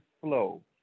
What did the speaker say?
flow